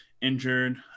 injured